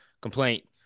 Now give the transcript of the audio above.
complaint